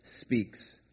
speaks